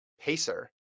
pacer